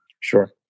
sure